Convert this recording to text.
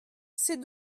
c’est